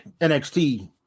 NXT